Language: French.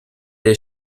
les